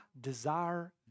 desire